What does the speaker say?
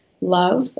love